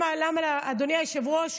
אדוני היושב-ראש,